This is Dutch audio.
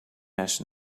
mes